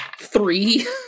Three